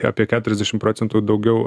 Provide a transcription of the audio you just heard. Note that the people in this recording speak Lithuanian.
apie keturiasdešim procentų daugiau